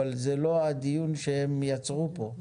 אבל זה לא הדיון שהם יצרו פה.